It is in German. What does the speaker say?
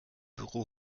büro